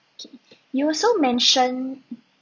you also mentioned